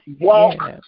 walk